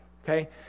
okay